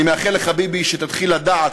אני מאחל לך, ביבי, שתתחיל לדעת,